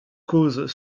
causes